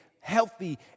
Healthy